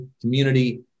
community